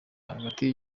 hagati